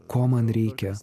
ko man reikia